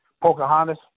Pocahontas